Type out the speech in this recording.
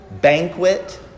banquet